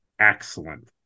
Excellent